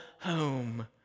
home